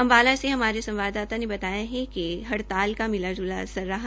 अम्बाला से हमारे संवाददाता ने बताया कि हड़ताल का मिलाज्ला असर रहा